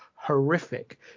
horrific